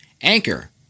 Anchor